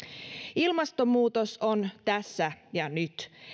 ilmastonmuutos on tässä ja nyt